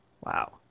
Wow